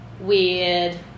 weird